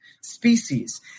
species